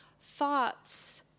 thoughts